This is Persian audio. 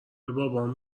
بابام